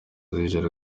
z’ijoro